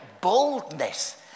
boldness